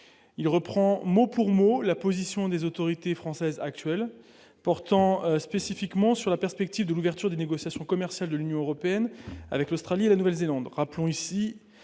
il reprend mot pour mot la position des autorités françaises actuelles portant spécifiquement sur la perspective de l'ouverture des négociations commerciales de l'Union européenne avec l'Australie, la Nouvelle-Zélande, rappelons ici